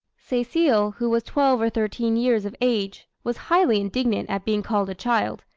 cecile, who was twelve or thirteen years of age, was highly indignant at being called a child,